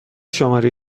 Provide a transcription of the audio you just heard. شماره